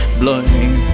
blowing